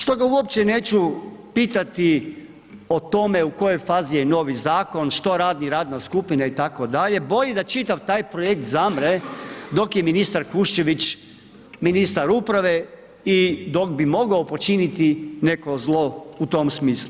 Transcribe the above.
Stoga uopće neću pitati o tome u kojoj fazi je novi zakon, što radi radna skupina itd., bolje da čitav taj projekt zamre dok je ministar Kuščević ministar uprave i dok bi mogao počiniti neko zlo u tom smislu.